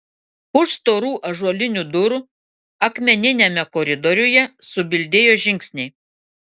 už storų ąžuolinių durų akmeniniame koridoriuje subildėjo žingsniai